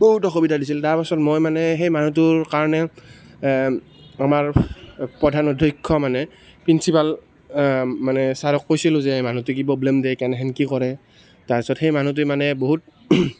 বহুত অসুবিধা দিছিল তাৰপাছত মই মানে সেই মানুহটোৰ কাৰণে আমাৰ প্ৰধান অধ্য়ক্ষ মানে প্ৰিঞ্চিপাল মানে ছাৰক কৈছিলোঁ যে মানুহটো কি প্ৰব্লেম দিয়ে কেনেহেন কি কৰে তাৰপাছত সেই মানুহটোৱে মানে বহুত